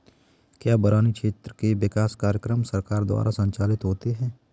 क्या बरानी क्षेत्र के विकास कार्यक्रम सरकार द्वारा संचालित होते हैं?